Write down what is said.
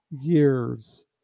years